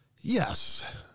yes